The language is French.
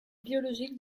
biologiques